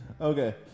okay